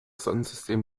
sonnensystem